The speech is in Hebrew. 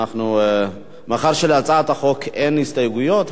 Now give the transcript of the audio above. מאחר שלהצעת החוק אין הסתייגויות,